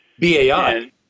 BAI